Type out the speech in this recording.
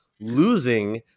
losing